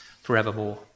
forevermore